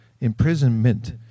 imprisonment